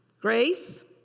Grace